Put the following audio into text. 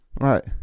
Right